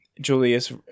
Julius